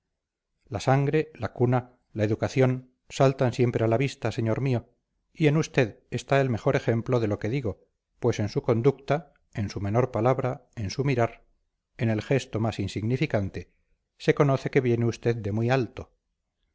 la sangre la cuna la educación saltan siempre a la vista señor mío y en usted está el mejor ejemplo de lo que digo pues en su conducta en su menor palabra en su mirar en el gesto más insignificante se conoce que viene usted de muy alto